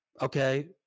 okay